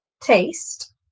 taste